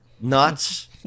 nuts